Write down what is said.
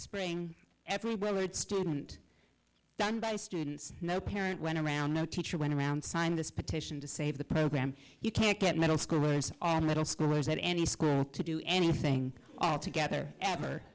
word student done by students no parent went around no teacher went around signed this petition to save the program you can't get middle schoolers and middle schoolers at any school to do anything all together ever